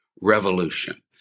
revolution